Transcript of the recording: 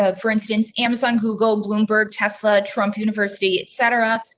ah for instance, amazon, google, bloomberg, tesla, trump, university, et cetera,